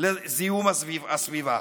לזיהום הסביבה